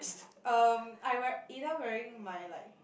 um I wear either wearing my like